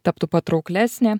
taptų patrauklesnė